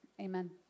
Amen